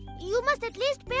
you must at least